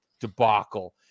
debacle